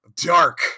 dark